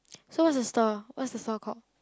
so what is the store what is the store called